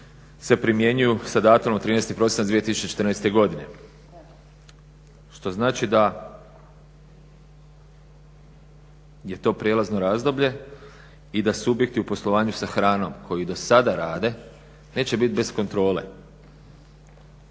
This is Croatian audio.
se primjenjuju sa datumom od 13. prosinac 2014. godine što znači da je to prijelazno razdoblje i da subjekti u poslovanju sa hranom koji do sada rade neće bit bez kontrole.